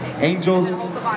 Angels